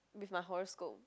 with my horoscope